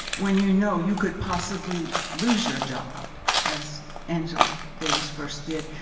when you know you could possibly lose your job, as angela davis first did.